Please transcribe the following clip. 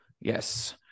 Yes